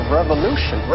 revolution